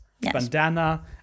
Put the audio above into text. bandana